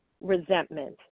resentment